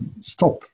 stop